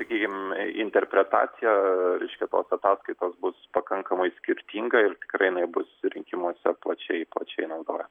sakykim interpretacija reiškia tos ataskaitos bus pakankamai skirtinga ir tikrai jinai bus rinkimuose plačiai plačiai naudojama